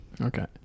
okay